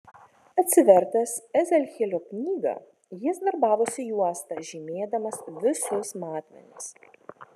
atsivertęs ezechielio knygą jis darbavosi juosta žymėdamas visus matmenis